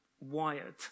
wired